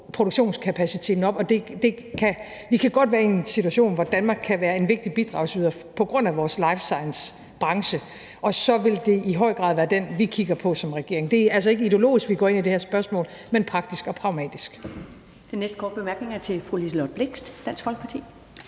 produktionskapaciteten sat op. Vi kan godt være i en situation, hvor Danmark kan være en vigtig bidragsyder på grund af vores life science-branche, og så vil det i høj grad været den, vi kigger på som regering. Det er altså ikke ideologisk, vi går ind i det her spørgsmål, men praktisk og pragmatisk.